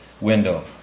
window